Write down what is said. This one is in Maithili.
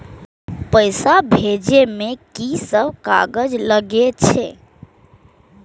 पैसा भेजे में की सब कागज लगे छै?